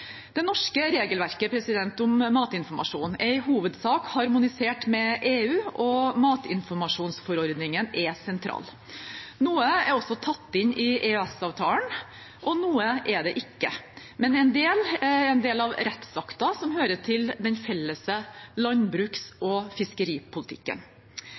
Det norske regelverket om matinformasjon er i hovedsak harmonisert med EU, og matinformasjonsforordningen er sentral. Noe er også tatt inn i EØS-avtalen, og noe er det ikke. Men en del er en del av rettsakter som hører til den felles landbruks-